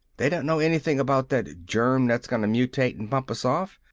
they don't know anything about that germ that's gonna mutate and bump us off!